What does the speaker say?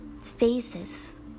phases